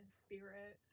spirit